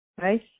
Right